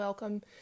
Welcome